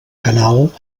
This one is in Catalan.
canal